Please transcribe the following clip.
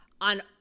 on